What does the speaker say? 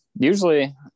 Usually